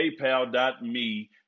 paypal.me